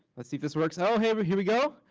let's see if this works. oh, hey, but here we go.